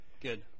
Good